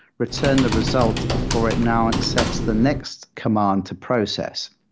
return the results before it now accepts the next command to process.